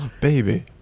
baby